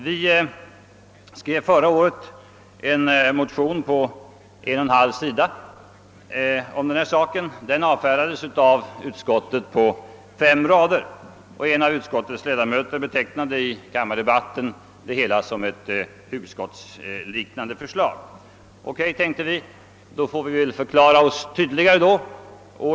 Förra året skrev vi en motion på en och en halv sida om detta spörsmål. Den avfärdades av utskottet på fem rader. En av utskottets ledamöter betecknade i kammardebatten det hela som ett hugskottsliknande förslag. OK, tänkte vi, då får vi väl förklara oss tydligare.